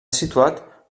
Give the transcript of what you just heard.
situat